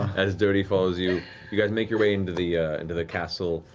as doty follows you, you guys make your way into the into the castle.